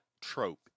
trope